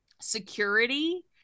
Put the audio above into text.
security